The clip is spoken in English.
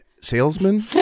salesman